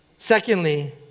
Secondly